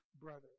brother